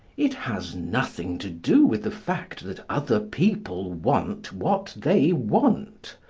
it has nothing to do with the fact that other people want what they want.